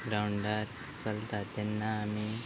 ग्रावंडार चलता तेन्ना आमी